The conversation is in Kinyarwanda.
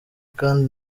kandi